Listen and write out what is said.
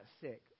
sick